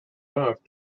off